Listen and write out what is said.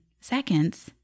seconds